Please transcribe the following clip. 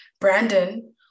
Brandon